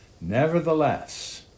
Nevertheless